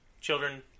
Children